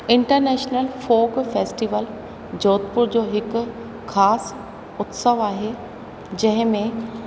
international folk festival Jodhpur जो हिकु ख़ासि उत्सव आहे जंहिंमें